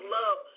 love